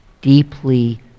deeply